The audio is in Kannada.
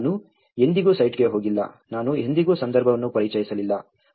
ನಾನು ಎಂದಿಗೂ ಸೈಟ್ಗೆ ಹೋಗಿಲ್ಲ ನಾನು ಎಂದಿಗೂ ಸಂದರ್ಭವನ್ನು ಪರಿಚಯಿಸಲಿಲ್ಲ